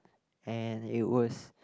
and it was